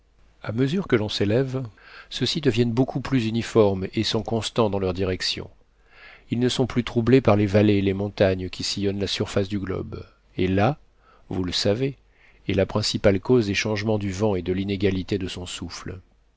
a mesure que l'on sélève ceux-ci deviennent beaucoup plus uniformes et sont constants dans leur direction ils ne sont plus troublés par les vallées et les montagnes qui sillonnent la surface du globe et là vous le savez est la principale cause des changements du vent et de l'inégalité de son souffle